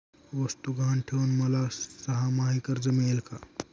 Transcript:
वस्तू गहाण ठेवून मला सहामाही कर्ज मिळेल का?